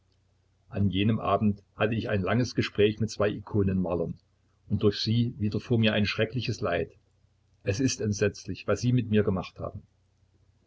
an jenem abend hatte ich ein langes gespräch mit zwei ikonenmalern und durch sie widerfuhr mir ein schreckliches leid es ist entsetzlich was sie mit mir gemacht haben